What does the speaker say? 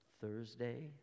Thursday